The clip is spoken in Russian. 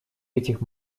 этих